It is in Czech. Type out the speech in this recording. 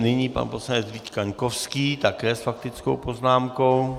Nyní pan poslanec Vít Kaňkovský, také s faktickou poznámkou.